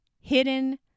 hidden